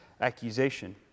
accusation